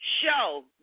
show